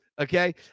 okay